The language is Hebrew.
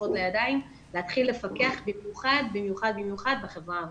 המושכות לידיה ולהתחיל לפקח במיוחד בחברה הערבית.